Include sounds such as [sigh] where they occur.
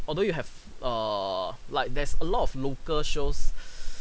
although you have err like there's a lot of local shows [breath]